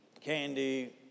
candy